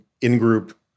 in-group